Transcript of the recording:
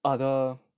other